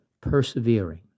persevering